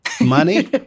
money